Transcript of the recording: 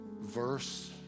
verse